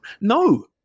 No